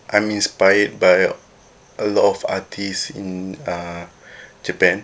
I'm inspired by a lot of artist in uh japan